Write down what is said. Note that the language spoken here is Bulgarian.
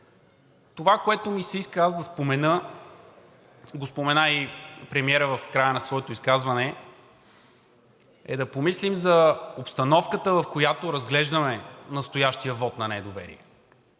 Това, което ми се иска аз да спомена, го спомена и премиерът в края на своето изказване – да помислим за обстановката, в която разглеждаме настоящия вот на недоверие